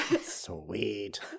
Sweet